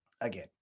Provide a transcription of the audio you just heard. Again